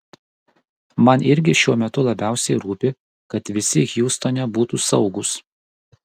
man irgi šiuo metu labiausiai rūpi kad visi hjustone būtų saugūs